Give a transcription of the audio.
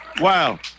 Wow